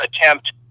attempt